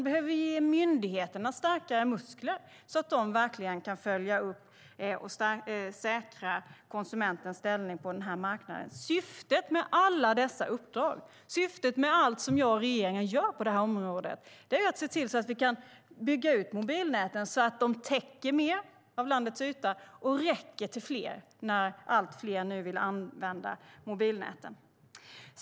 Behöver vi ge myndigheterna starkare muskler så att de verkligen kan följa upp och säkra konsumentens ställning på denna marknad? Syftet med alla dessa uppdrag, syftet med allt som jag och regeringen gör på det här området, är att se till att vi kan bygga ut mobilnäten så att de täcker mer av landets yta och räcker till fler när allt fler nu vill använda mobilnäten.